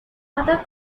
other